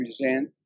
present